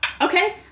Okay